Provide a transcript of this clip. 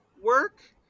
work